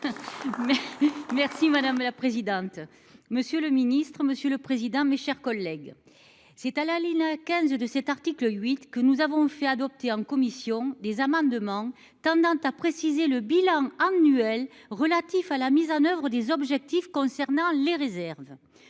Merci madame la présidente. Monsieur le Ministre, Monsieur le président, mes chers collègues, c'est à la Lina 15 de cet article 8 que nous avons fait adopter en commission des amendements tendant à préciser le bilan annuel relatif à la mise en oeuvre des objectifs concernant les réserves.